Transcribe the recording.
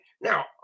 Now